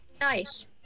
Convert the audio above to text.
nice